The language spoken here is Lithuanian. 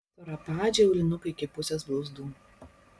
storapadžiai aulinukai iki pusės blauzdų